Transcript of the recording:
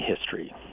history